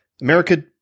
America